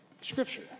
Scripture